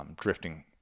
drifting